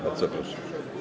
Bardzo proszę.